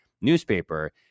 newspaper